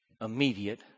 immediate